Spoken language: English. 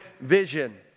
vision